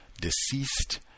deceased